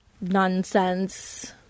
Nonsense